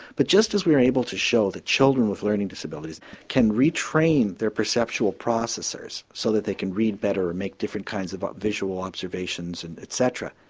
but just as we are able to show that children with learning disabilities can retrain their perceptual processes so that they can read better and make different kinds of visual observations and etc,